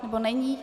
Nebo není?